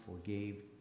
forgave